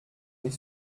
les